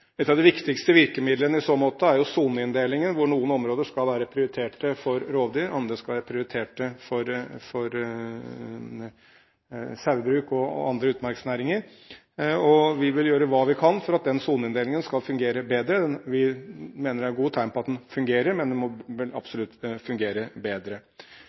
Et av de viktigste virkemidlene i så måte er soneinndelingen, hvor noen områder skal være prioritert for rovdyr og andre skal være prioritert for sauehold og andre utmarksnæringer. Vi vil gjøre hva vi kan for at den soneinndelingen skal fungere bedre. Vi mener det er gode tegn på at den fungerer, men den bør absolutt fungere bedre.